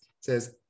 says